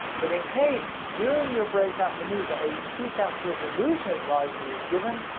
but in case during your breakout maneuver, a tcas resolution advisory is given,